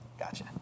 Gotcha